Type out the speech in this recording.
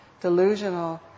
delusional